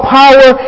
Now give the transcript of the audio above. power